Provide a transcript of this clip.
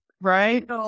Right